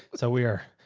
so we are,